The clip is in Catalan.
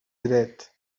dret